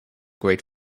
great